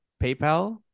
PayPal